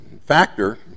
factor